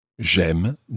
J'aime